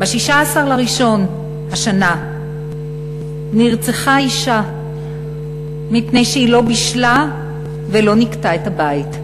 ב-16 בינואר השנה נרצחה אישה מפני שהיא לא בישלה ולא ניקתה את הבית.